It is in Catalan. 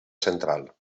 central